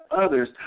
others